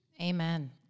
Amen